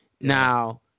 Now